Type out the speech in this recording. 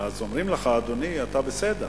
ואז אומרים לך: אדוני, אתה בסדר,